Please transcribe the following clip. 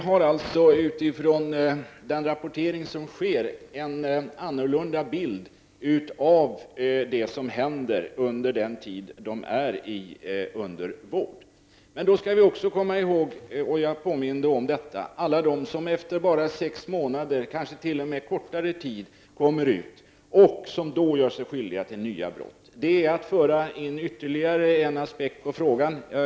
Herr talman! Utifrån den rapportering som sker har vi alltså en annan bild av det som händer under den tid då dessa personer är under vård. Men vi skall också komma ihåg, vilket jag påminde om, alla dem som efter bara sex månader eller tidigare kommer ut och som då gör sig skyldiga till nya brott. Detta innebär att jag för in ytterligare en aspekt på frågan i diskussionen.